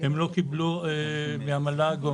הם לא קיבלו מהמל"ג או